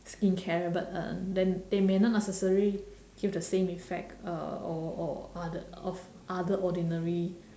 skincare but uh then they may not necessary give the same effect uh or or other of other ordinary